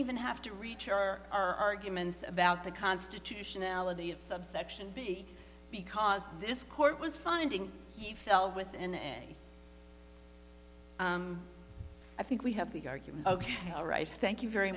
even have to reach your arguments about the constitutionality of subsection b because this court was finding he fell within a i think we have the argument ok all right thank you very